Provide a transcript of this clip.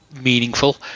meaningful